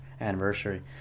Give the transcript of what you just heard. anniversary